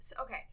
okay